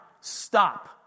Stop